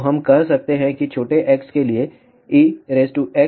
तो हम कह सकते हैं कि छोटे x के लिए ex 1 x